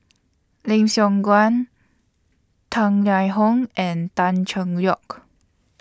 Lim Siong Guan Tang Liang Hong and Tan Cheng Lock